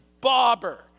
bobber